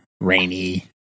rainy